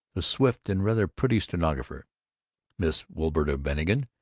the swift and rather pretty stenographer miss wilberta bannigan,